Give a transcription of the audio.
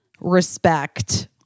respect